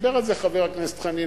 דיבר על זה חבר הכנסת חנין,